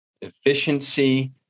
efficiency